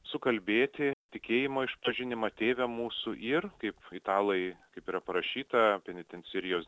sukalbėti tikėjimo išpažinimą tėve mūsų ir kaip italai kaip yra parašyta penitencerijos